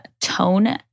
Tone